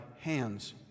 hands